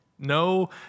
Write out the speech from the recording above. No